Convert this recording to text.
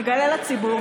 נגלה לציבור.